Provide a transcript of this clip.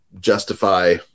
justify